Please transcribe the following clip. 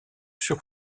sur